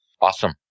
Awesome